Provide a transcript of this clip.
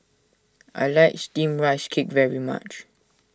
I like Steamed Rice Cake very much